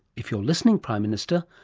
if you're listening, prime minister,